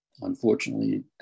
Unfortunately